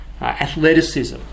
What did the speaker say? athleticism